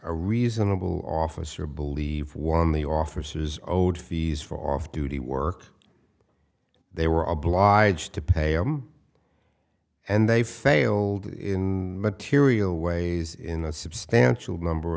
a reasonable officer believe one the officers owed fees for off duty work they were obliged to pay off and they failed in material ways in a substantial number